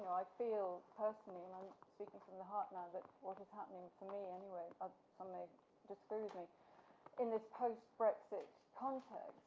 i feel personally and i'm speaking from the heart now that what is happening for me anyway, ah um that's very vague in this post brexit content,